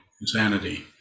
insanity